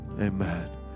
Amen